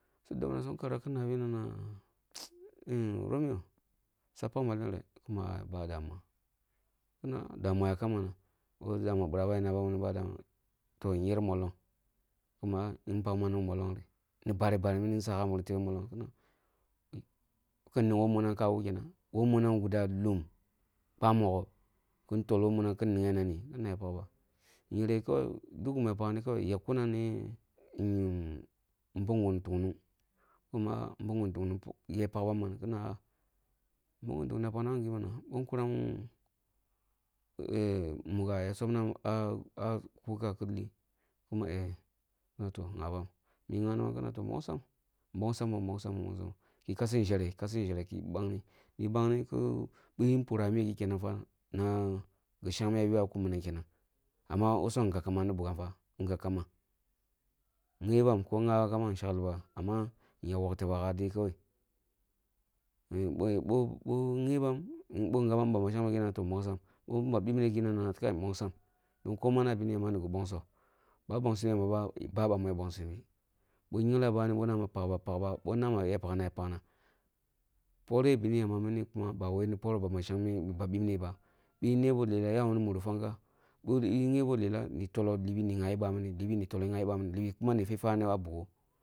Su dobna sonkara kin nama romuyi swa pakmekenre? Kuma ah-ah ba damuwa. Kimna damuha yagham mana boh damuwa birah na nabam wuni ba damuwa toh, yer mollong kuma ah! Yin pakni man nī mollong ri? Ni bari bari mini kin sagha muri tebe mollong? Kina ning woh munam ka wu kenan? Woh munam guda hum kpa mogho kin tol woh munan kin ning nani kina kai ya palba. Yereh kawai dwa guma pakni, yakkunam ni kyil bungun tungnung kima ah bungu tungnun ya pakba kina ya pakaa mana bin kwaram mugha ki pakbam kuka ki li kuma eh kina toh gyabam, mighanibam kina toh, nbongsam, nbongsumbo nbongsambo nbongsambi ki kashi nʒereh kashi nʒereh ki bangni ki bi pura mīgi kenan fa na gi shengmeh ya ywa kum minam kenan amma wosum ngabkaba ni bughan fa ngab kamba, ghyebam ko ghyakumba shekliba ya wok tebagha de kawai boh boh ghyeban bon ghabam bami shengmeh gi nana nbongsam boni bami bipne gi nana kai nbongsam don ko man ah bah yamba nigi nbongsohi ba nbongsi yamba ba, ba bami ya nbongsine. Boh gyingla bani boh nama pakba, pakba, boh nama ya pakna, ya pakna. Poreh bini yamba mini kuma ba wai ni porh ba ma shengmeh, ni ba bipne ba, bi neba lelha yano mure fanka boh ghebo lelah, libi ni toloh ni ghabi bamini libi ni toloh ni ghabi bamini, libi kuma ni fi fwa na bugo.